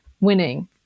winning